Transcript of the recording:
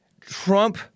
Trump